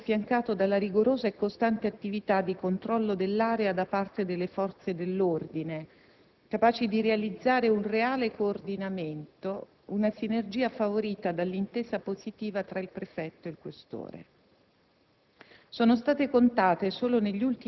Il lavoro dell'amministrazione è stato affiancato dalla rigorosa e costante attività di controllo dell'area da parte delle forze dell'ordine, capaci di realizzare un reale coordinamento, una sinergia favorita dall'intesa positiva tra il prefetto e il questore.